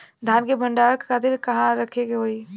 धान के भंडारन खातिर कहाँरखे के होई?